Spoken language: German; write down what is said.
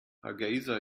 hargeysa